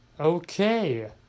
Okay